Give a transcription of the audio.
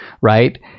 right